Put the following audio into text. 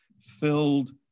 filled